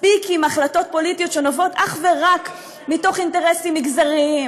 מספיק עם החלטות פוליטיות שנובעות אך ורק מאינטרסים מגזריים,